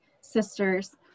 sisters